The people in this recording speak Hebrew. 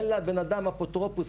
אין לאדם אפוטרופוס,